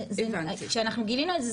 זה שאנחנו גילינו את זה,